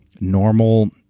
normal